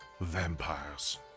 Vampires